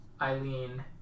Eileen